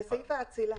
וסעיף האצילה.